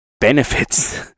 benefits